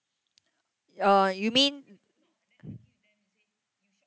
uh you mean